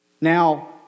Now